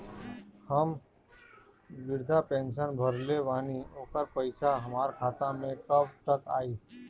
हम विर्धा पैंसैन भरले बानी ओकर पईसा हमार खाता मे कब तक आई?